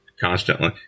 constantly